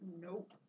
Nope